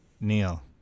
Neil